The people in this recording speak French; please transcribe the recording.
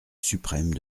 suprême